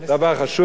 אני רוצה לסיים,